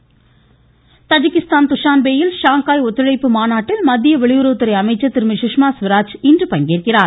Sushma Swaraj Tajikistan துஷான்பேயில் Shanghai ஒத்துழைப்பு மாநாட்டில் மத்திய வெளியுறவுத்துறை அமைச்சர் திருமதி சுஷ்மா சுவராஜ் இன்று பங்கேற்கிறார்